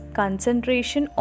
concentration